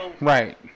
right